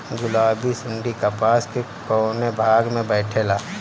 गुलाबी सुंडी कपास के कौने भाग में बैठे ला?